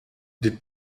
dites